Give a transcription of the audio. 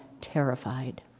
terrified